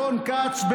רון כץ,